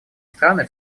страны